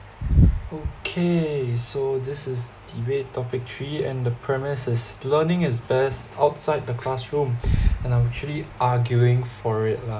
okay so this is debate topic three and the premise is learning is best outside the classroom and I'm actually arguing for it lah